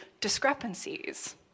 discrepancies